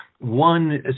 one